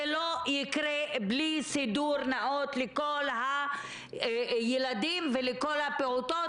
זה לא יקרה בלי סידור נאות לכל הילדים ולכל הפעוטות,